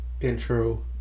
intro